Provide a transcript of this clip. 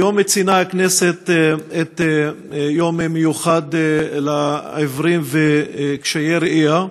היום ציינה הכנסת יום המיוחד לעיוורים וקשי ראייה.